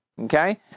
okay